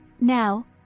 now